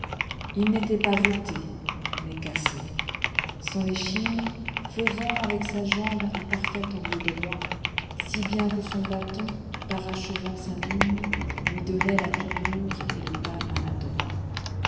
ii n'était pas voùlé mais cassé son échinefaisant avec sa jambe un parfait angle droit si bien que son bâton parachevant sa mine lui donnait la tournure et le pas maladroit